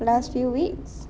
last few weeks